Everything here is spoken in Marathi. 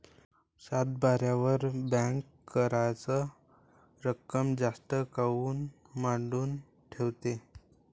सातबाऱ्यावर बँक कराच रक्कम जास्त काऊन मांडून ठेवते?